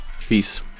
Peace